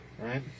Right